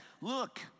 look